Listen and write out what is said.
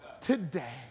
Today